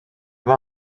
vend